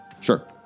Sure